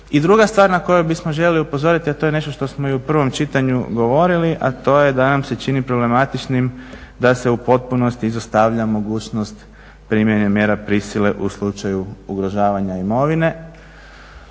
I druga stvar na koju bismo željeli upozoriti, a to je nešto što smo i u prvom čitanju govorili, a to je da nam se čini problematičnim da se u potpunosti izostavlja mogućnost primjene mjera prisile u slučaju ugrožavanja imovine.